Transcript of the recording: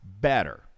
better